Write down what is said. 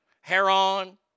Heron